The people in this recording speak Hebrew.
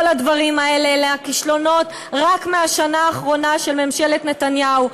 כל הדברים האלה הם הכישלונות רק מהשנה האחרונה של ממשלת נתניהו.